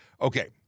Okay